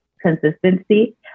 consistency